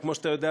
כמו שאתה יודע,